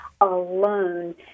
alone